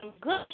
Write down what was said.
Good